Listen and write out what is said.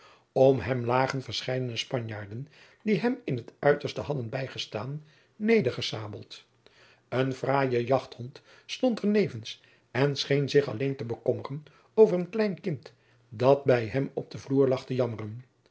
om hem lagen verscheidene spanjaarden die hem in t uiterste hadden bijgestaan nedergesabeld een fraaie jachthond stond er nevens en scheen zich alleen te bekommeren over een klein kind dat bij hem op den vloer lag te jammeren